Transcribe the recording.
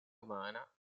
umana